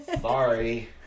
Sorry